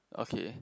okay